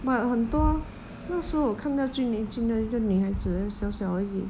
but 很多那时候我看到最年轻的一个女孩子小小而已